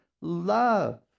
love